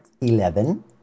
Eleven